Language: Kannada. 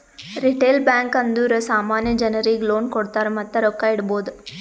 ರಿಟೇಲ್ ಬ್ಯಾಂಕ್ ಅಂದುರ್ ಸಾಮಾನ್ಯ ಜನರಿಗ್ ಲೋನ್ ಕೊಡ್ತಾರ್ ಮತ್ತ ರೊಕ್ಕಾ ಇಡ್ಬೋದ್